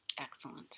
Excellent